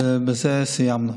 ובזה סיימנו.